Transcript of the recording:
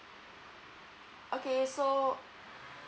okay so